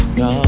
no